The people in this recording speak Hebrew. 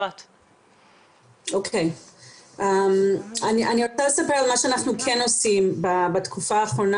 אני רוצה לספר מה שאנחנו כן עושים בתקופה האחרונה.